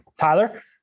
Tyler